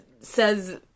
says